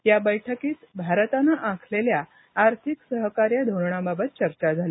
या बैठकीत भारतानं आखलेल्या आर्थिक सहकार्य धोरणाबाबत चर्चा झाली